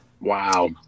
Wow